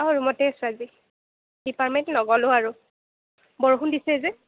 অঁ ৰুমতে আছোঁ আজি ডিপাৰ্টমেণ্ট নগ'লো আৰু বৰষুণ দিছে যে